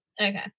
Okay